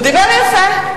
הוא דיבר יפה.